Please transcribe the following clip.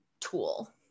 tool